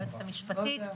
היועצת המשפטית,